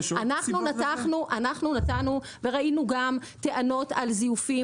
אנחנו ניתחנו וראינו גם טענות על זיופים